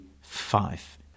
five